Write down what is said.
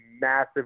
massive